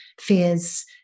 fears